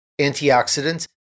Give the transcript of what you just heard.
antioxidants